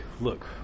look